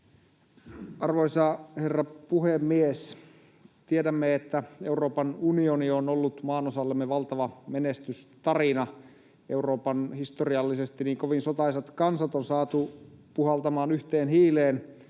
Arvoisa herra puhemies! Tiedämme, että Euroopan unioni on ollut maanosallemme valtava menestystarina. Euroopan historiallisesti niin kovin sotaisat kansat on saatu puhaltamaan yhteen hiileen